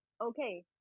Okay